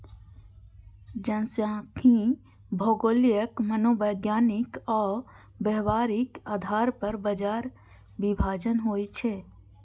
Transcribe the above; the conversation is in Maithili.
जनखांख्यिकी भौगोलिक, मनोवैज्ञानिक आ व्यावहारिक आधार पर बाजार विभाजन होइ छै